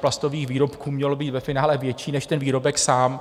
plastových výrobků mělo být ve finále větší než ten výrobek sám.